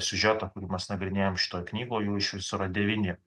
siužetą kurį mes nagrinėjam šitoj knygoj jų iš viso yra devyni